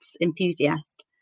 enthusiast